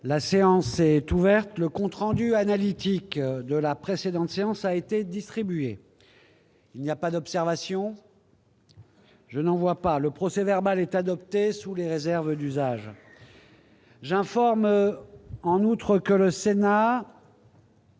La séance est ouverte.. Le compte rendu analytique de la précédente séance a été distribué. Il n'y a pas d'observation ?... Le procès-verbal est adopté sous les réserves d'usage. J'informe le Sénat